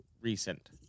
recent